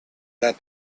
that